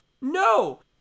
No